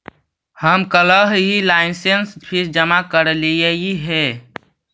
हम कलहही licence fee जमा करयलियइ हे